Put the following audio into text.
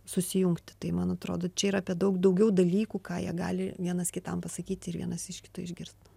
susijungt tai man atrodo čia yra apie daug daugiau dalykų ką jie gali vienas kitam pasakyti ir vienas iš kito išgirst